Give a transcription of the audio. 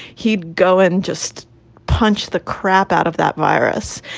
he'd go and just punch the crap out of that virus.